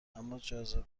اماجاذبه